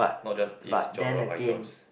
not just this genre of items